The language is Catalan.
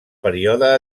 període